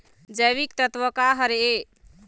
जैविकतत्व का हर ए?